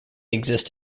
exist